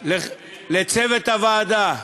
לצוות הוועדה: